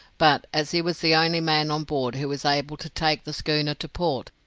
but as he was the only man on board who was able to take the schooner to port,